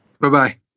Bye-bye